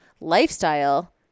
lifestyle